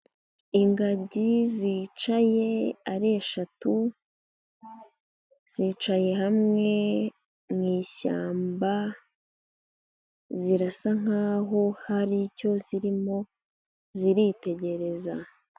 Ingagi zicaye ari eshatu, zicaye hamwe mu ishyamba, zirasa nkaho hari icyo zirimo ziritegereza.